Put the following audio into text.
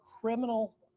criminal